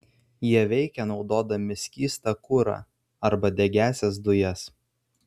jie veikia naudodami skystą kurą arba degiąsias dujas